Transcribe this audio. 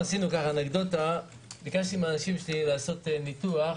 ביקשתי מאנשיי לעשות ניתוח: